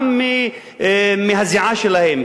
גם מהזיעה שלהם,